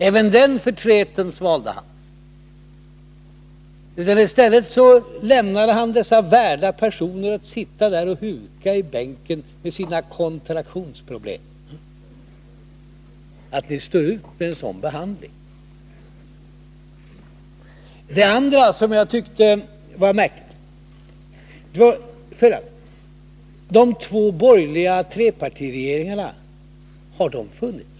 Även den förtreten svalde han. I stället lämnade han dessa värda personer att sitta och huka i bänkarna med sina kontraktionsproblem. Att ni står ut med en sådan behandling! Också en annan sak i Gösta Bohmans anförande var märklig. De två borgerliga trepartiregeringarna, har de funnits?